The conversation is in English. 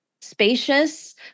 spacious